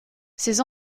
ses